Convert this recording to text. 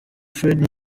fred